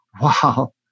wow